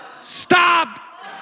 stop